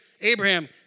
Abraham